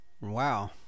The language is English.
wow